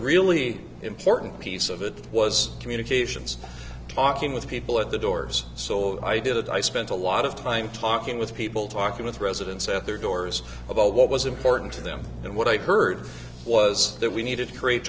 really important piece of it was communications talking with people at the doors so i did that i spent a lot of time talking with people talking with residents at their doors about what was important to them and what i heard was that we needed to